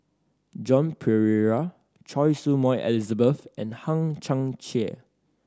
Joan Pereira Choy Su Moi Elizabeth and Hang Chang Chieh